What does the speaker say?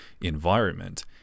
environment